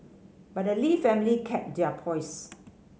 but the Lee family kept their poise